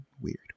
weird